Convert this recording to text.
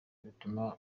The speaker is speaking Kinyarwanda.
bituma